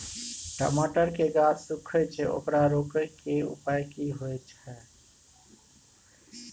टमाटर के गाछ सूखे छै ओकरा रोके के उपाय कि होय है?